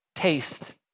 taste